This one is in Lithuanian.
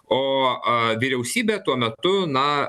o vyriausybė tuo metu na